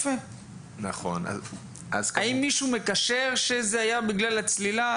האם מישהו מקשר שזה היה בגלל הצלילה?